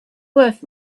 worth